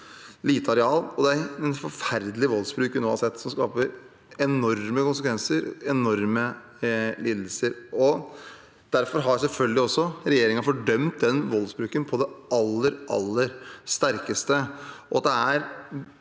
det er en forferdelig voldsbruk vi nå har sett, som skaper enorme konsekvenser og enorme lidelser. Derfor har regjeringen selvfølgelig fordømt voldsbruken på det aller sterkeste.